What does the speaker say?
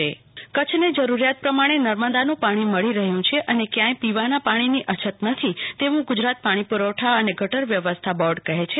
કલ્પના શાહ કચ્છ નર્મદા જળ વિતરણ કચ્છ ને જરૂરિયાત પ્રમાણે નર્મદાનું પાણી મળી રહ્યું છે અને ક્યાંય પીવાના પાણીની અછત નથી તેવું ગુજરાત પાણી પુરવઠા અને ગટર વ્યવસ્થા બોર્ડ કહે છે